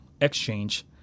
exchange